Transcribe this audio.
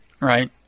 Right